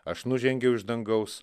aš nužengiau iš dangaus